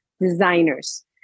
designers